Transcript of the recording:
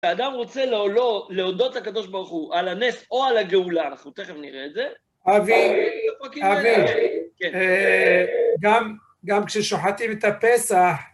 האדם רוצה להודות לקדוש ברוך הוא על הנס או על הגאולה, אנחנו תכף נראה את זה. אבי, אבי, גם כששוחטים את הפסח,